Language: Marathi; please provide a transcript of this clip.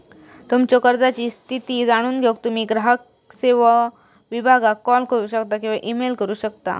तुमच्यो कर्जाची स्थिती जाणून घेऊक तुम्ही ग्राहक सेवो विभागाक कॉल करू शकता किंवा ईमेल करू शकता